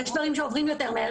יש דברים שעוברים יותר מהר,